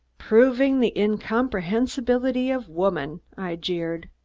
proving the incomprehensibility of woman, i jeered.